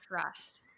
trust